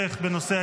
רם בן ברק,